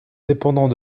dépendant